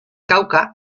cauca